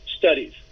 studies